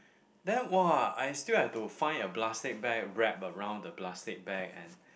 then !wow! I still have to find a plastic bag warp around the plastic bag and